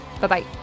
Bye-bye